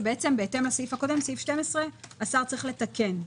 ובהתאם לסעיף 12 השר צריך לתקן.